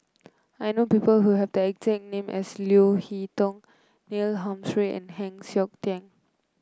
I know people who have the exact name as Leo Hee Tong Neil Humphreys and Heng Siok Tian